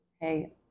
hey